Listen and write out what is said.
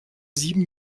sieben